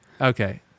Okay